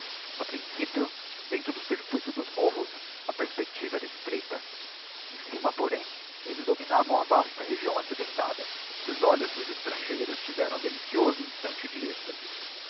a principio dentro do circuito dos morros a perspectiva era estreita em cima porém elles dominavam a vasta região accidentada e os olhos dos extrangeiros tiveram um delicioso instante de êxtase